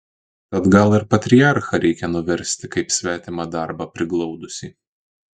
tad gal ir patriarchą reikia nuversti kaip svetimą darbą priglaudusį